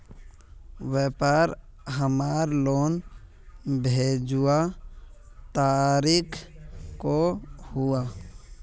व्यापार हमार लोन भेजुआ तारीख को हुआ?